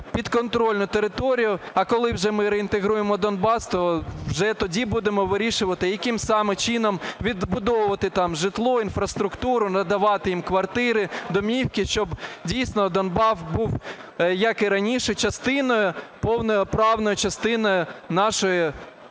підконтрольну територію. А коли вже ми реінтегруємо Донбас, то вже тоді будемо вирішувати, яким саме чином відбудовувати там житло, інфраструктуру, надавати їм квартири, домівки, щоб дійсно Донбас був, як і раніше, частиною, повноправною частиною нашої